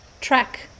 track